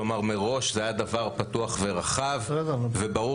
כלומר מראש זה היה דבר פתוח ורחב וברור